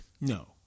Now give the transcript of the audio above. No